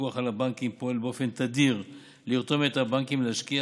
הפיקוח על הבנקים פועל באופן תדיר לרתום את הבנקים להשקיע